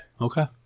Okay